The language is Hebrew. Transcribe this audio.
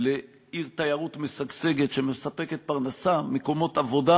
לעיר תיירות משגשגת, שמספקת פרנסה, מקומות עבודה